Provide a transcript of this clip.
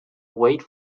weight